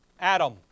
Adam